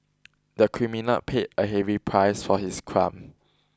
the criminal paid a heavy price for his crime